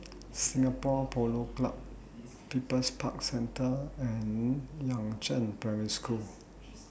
Singapore Polo Club People's Park Centre and Yangzheng Primary School